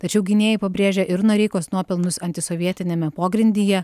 tačiau gynėjai pabrėžia ir noreikos nuopelnus antisovietiniame pogrindyje